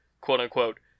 quote-unquote